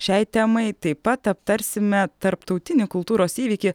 šiai temai taip pat aptarsime tarptautinį kultūros įvykį